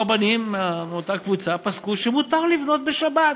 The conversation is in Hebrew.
רבנים מאותה קבוצה פסקו שמותר לבנות בשבת.